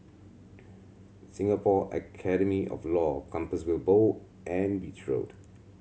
Singapore Academy of Law Compassvale Bow and Beach Road